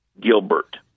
Gilbert